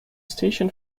station